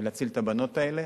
בלהציל את הבנות האלה,